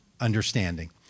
understanding